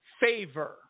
favor